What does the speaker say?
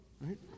right